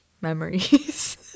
memories